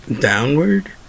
downward